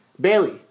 Bailey